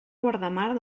guardamar